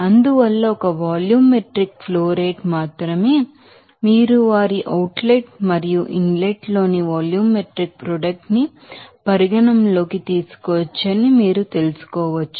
అందువల్ల ఒకవేళ volumetric flow rate మాత్రమే మీరు వారి అవుట్ లెట్ మరియు ఇన్ లెట్ లోని వాల్యూమెట్రిక్ ప్రొడక్ట్ ని పరిగణనలోకి తీసుకోవచ్చని మీరు తెలుసుకోవచ్చు